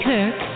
Kirk